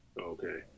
Okay